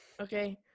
okay